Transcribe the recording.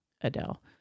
Adele